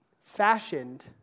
fashioned